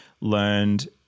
learned